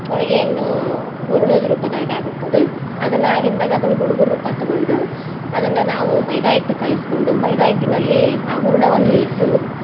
ಹೋಳ್ಗೆಯನ್ನು ಹೂರ್ಣದ ರೂಪದಾಗ ಆಗತ್ತೆ ಅದ ಅದನ್ನ ಆಗಿಂದಾಗ ಅದನ್ನ ಹೂಣ್ಗುರ ರೂಪ ತಗೊಂಡು ಅದನ್ನ ನಾವು ಮೈದಾ ಇಟ್ಟು ಕಲಿಸ್ಕೊಂಡು ಮೈದಾ ಹಿಟ್ಟಿನಲ್ಲಿ ಆ ಹೂರ್ಣವನ್ನು ಇಟ್ಟು